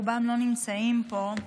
רובם לא נמצאים פה,